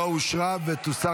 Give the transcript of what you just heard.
לא נתקבלה.